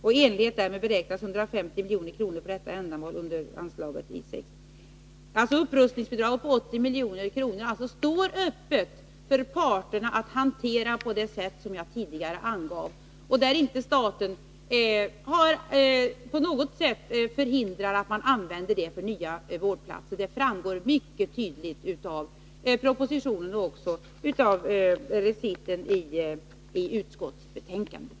I enlighet härmed beräknas 150 milj.kr. för detta ändamål under anslaget I 6.” Upprustningsbidraget på 80 milj.kr. står öppet för parterna att hantera på det sätt som jag tidigare angav. Staten har inte på något vis förhindrat att det används för nya vårdplatser. Det framgår mycket tydligt av propositionen och även av reciten i utskottsbetänkandet.